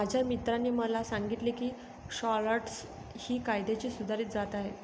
माझ्या मित्राने मला सांगितले की शालॉट्स ही कांद्याची सुधारित जात आहे